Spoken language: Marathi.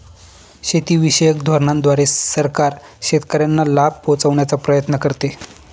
शेतीविषयक धोरणांद्वारे सरकार शेतकऱ्यांना लाभ पोहचवण्याचा प्रयत्न करते